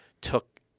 took